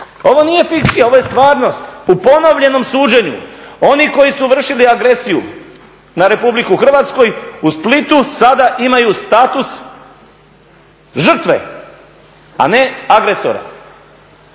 Ovo nije fikcija, ovo je stvarnost. U ponovljenom suđenju oni koji su vršili agresiju na RH u Splitu sada imaju status žrtve, a ne agresora.